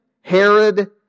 Herod